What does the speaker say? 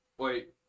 Wait